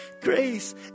grace